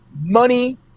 money